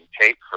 tape